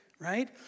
Right